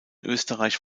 österreich